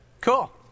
Cool